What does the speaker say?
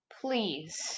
please